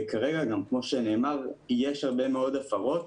וכרגע יש הרבה מאוד הפרות